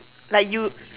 like you